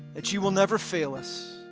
that you will never fail us.